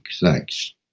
Thanks